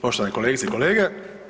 Poštovane kolegice i kolege.